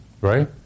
Right